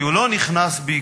כי הוא לא נכנס בעקבות